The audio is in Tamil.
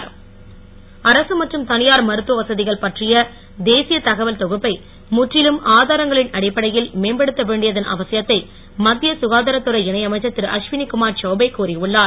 சுகா தா ரம் அரசு மற்றும் தனியார் மருத்துவ வசதிகள் பற்றிய தேசிய தகவல் தொகுப்பை முற்றிலும் ஆதா ரங்களின் அடிப்படையில் மேம்படுத்த வேண்டியதன் அவசியத்தை மத்திய சுகாதாரத் துறை இணை அமைச்சர் திரு அஸ்வினி குமார் சௌபே கூறியுள்ளார்